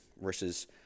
versus